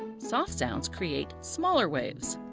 soft sounds create smaller waves.